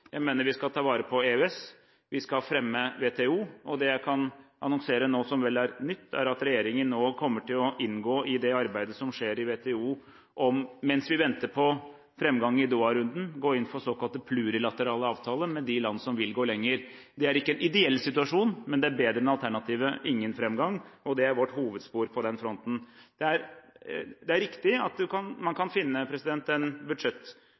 Jeg mener vi skal ta vare på EØS, og vi skal fremme WTO. Det jeg kan annonsere nå, som vel er nytt, er at regjeringen kommer til å inngå i det arbeidet som skjer i WTO, og, mens vi venter på framgang i Doha-runden, gå inn for såkalte plurilaterale avtaler med de land som vil gå lenger. Det er ikke en ideell situasjon, men bedre enn alternativet ingen framgang. Det er vårt hovedspor på den fronten. Det er riktig at man kan